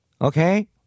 Okay